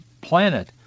planet